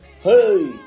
hey